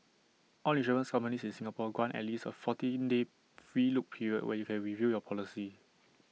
all insurance companies in Singapore grant at least A fourteen day free look period where you can review your policy